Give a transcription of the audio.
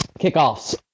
kickoffs